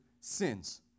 sins